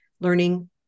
learning